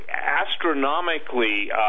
astronomically